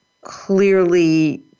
clearly